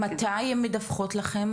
מתי הן מדווחות לכן?